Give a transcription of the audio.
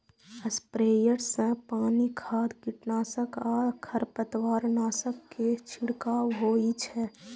sprayer सं पानि, खाद, कीटनाशक आ खरपतवारनाशक के छिड़काव होइ छै